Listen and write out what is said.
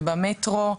ובמטרו,